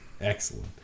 excellent